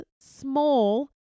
small